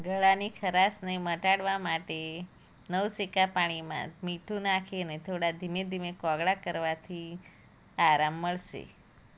ગળાની ખરાશને મટાડવા માટે નવસેકાં પાણીમાં મીઠું નાખી અને થોડા ધીમે ધીમે કોગળા કરવાથી આરામ મળશે